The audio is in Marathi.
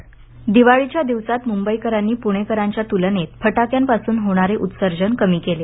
ध्वनी दिवाळीच्या दिवसांत मुंबईकरांनी पुणेकरांच्या तुलनेत फटाक्यांपासून होणारे उत्सर्जन कमी केले